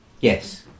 yes